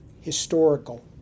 historical